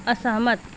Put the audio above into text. असहमत